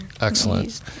Excellent